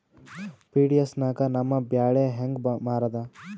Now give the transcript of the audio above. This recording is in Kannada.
ಪಿ.ಡಿ.ಎಸ್ ನಾಗ ನಮ್ಮ ಬ್ಯಾಳಿ ಹೆಂಗ ಮಾರದ?